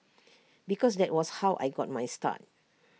because that was how I got my start